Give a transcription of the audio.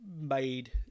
made